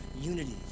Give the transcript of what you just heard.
unity